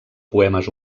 poemes